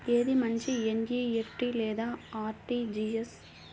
ఏది మంచి ఎన్.ఈ.ఎఫ్.టీ లేదా అర్.టీ.జీ.ఎస్?